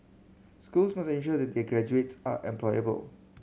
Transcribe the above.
schools must ensure that their graduates are employable